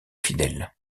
fidèles